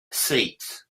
seats